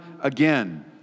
again